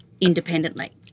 independently